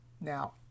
Now